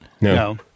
No